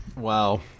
Wow